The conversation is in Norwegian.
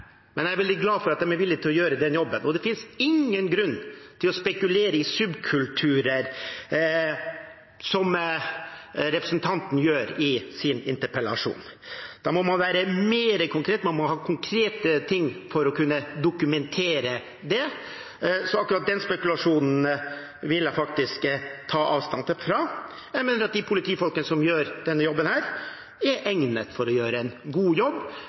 men jeg er veldig glad for at de er villig til å gjøre den jobben, og det finnes ingen grunn til å spekulere i subkulturer, som representanten gjør i sitt innlegg. Da må man være mer konkret, man må ha konkrete ting for å kunne dokumentere det, så akkurat den spekulasjonen vil jeg faktisk ta avstand fra. Jeg mener at de politifolkene som gjør denne jobben, er egnet til å gjøre en god jobb,